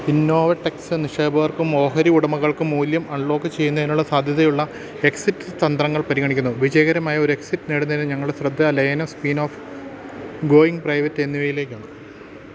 Innovatechs നിക്ഷേപകർക്കും ഓഹരി ഉടമകൾക്കും മൂല്യം അൺലോക്ക് ചെയ്യുന്നതിനുള്ള സാധ്യതയുള്ള എക്സിറ്റ് തന്ത്രങ്ങൾ പരിഗണിക്കുന്നു വിജയകരമായ ഒരു എക്സിറ്റ് നേടുന്നതിന് ഞങ്ങളുടെ ശ്രദ്ധ ലയനം സ്പിൻ ഓഫ് ഗോയിങ് പ്രൈവറ്റ് എന്നിവയിലേക്കാണ്